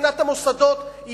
מבחינת המוסדות,